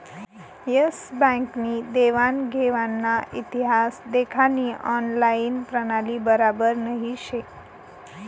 S bank नी देवान घेवानना इतिहास देखानी ऑनलाईन प्रणाली बराबर नही शे